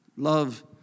Love